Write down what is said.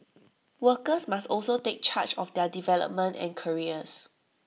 workers must also take charge of their development and careers